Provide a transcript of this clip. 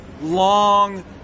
long